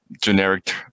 generic